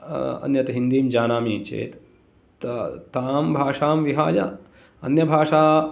अन्यत् हिन्दीं जानामि चेत् तां भाषां विहाय अन्यभाषा